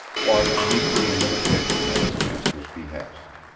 walked meekly into the kitchen at his master's behest.